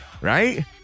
Right